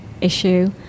issue